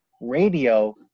radio